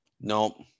nope